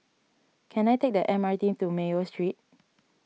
can I take the M R T to Mayo Street